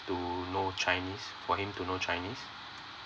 to know chinese for him to know chinese